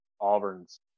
Auburn's